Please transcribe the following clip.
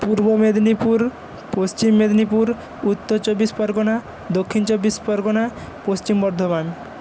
পুর্ব মেদিনীপুর পশ্চিম মেদিনীপুর উত্তর চব্বিশ পরগনা দক্ষিণ চব্বিশ পরগনা পশ্চিম বর্ধমান